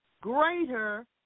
greater